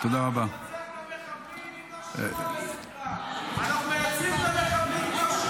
על אפך וחמתך אנחנו ננצח את המחבלים,